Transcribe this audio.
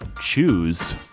choose